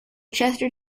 chester